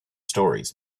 stories